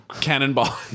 cannonball